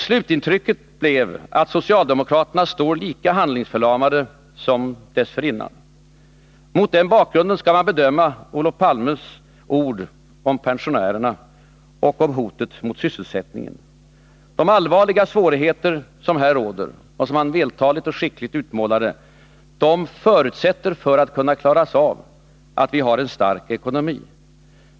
Slutintrycket blev att socialdemokraterna står lika handlingsförlamade som dessförinnan. Mot den bakgrunden skall man bedöma Olof Palmes ord om pensionärerna och om hotet mot sysselsättningen. De allvarliga svårigheter som här råder, och som han vältaligt och skickligt utmålade, förutsätter för att kunna klaras av att vi har en stark ekonomi.